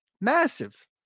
Massive